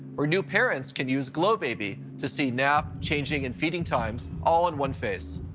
or new parents can use glow baby to see nap, changing and feeding times all on one face.